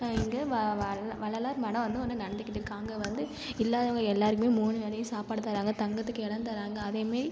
இங்கே வள்ளலார் மடம் வந்து ஒன்று நடந்துகிட்டு இருக்குது அங்கே வந்து இல்லாதவங்கள் எல்லாருமே மூணு வேலையும் சாப்பாடு தராங்கள் தங்குறதுக்கு இடம் தராங்கள் அது மாரி